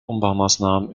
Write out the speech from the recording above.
umbaumaßnahmen